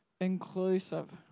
inclusive